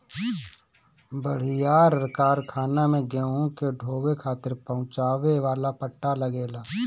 बड़ियार कारखाना में गेहूं के ढोवे खातिर पहुंचावे वाला पट्टा लगेला